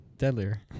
Deadlier